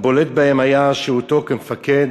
שהבולט בהם היה שירותו כמפקד